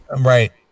Right